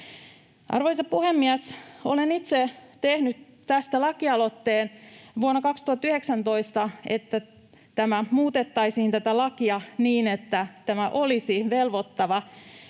Arvoisa puhemies! Olen itse tehnyt vuonna 2019 lakialoitteen siitä, että muutettaisiin tätä lakia niin, että tämä olisi velvoittava